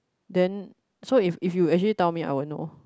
then so if if you actually tell me I won't know